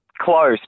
Close